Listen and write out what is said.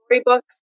storybooks